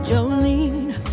Jolene